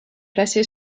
placé